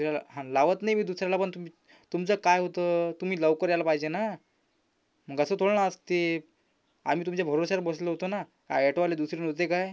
दुसऱ्याला हां लावत नाही मी दुसऱ्याला पण तु तुमचं काय होतं तुम्ही लवकर यायला पाहिजे ना मग असं थोडं ना असते आम्ही तुमच्या भरवशावर बसलो होतो ना आयटोवाले दुसरे नव्हते काय